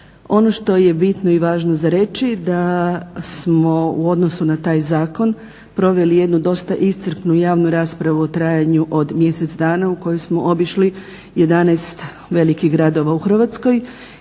Ono što je bitno i važno za reći da smo u odnosu na taj zakon proveli jednu dosta iscrpnu javnu raspravu u trajanju od mjesec dana u kojoj smo obišli 11 velikih gradova u Hrvatskoj.